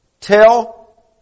Tell